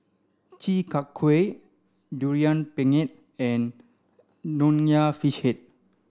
Chi Kak Kuih durian pengat and Nonya Fish Head